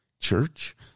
Church